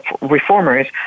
reformers